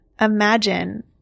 imagine